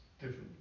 different